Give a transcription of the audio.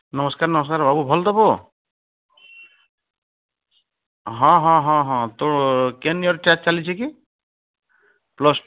ନମସ୍କାର ନମସ୍କାର ଆଉ ସବୁ ଭଲ ତ ପୁଅ ହଁ ହଁ ହଁ ତୋ କେନ୍ ଇୟର୍ ଚାଲିଛି କି ପ୍ଲସ୍ ଟୁ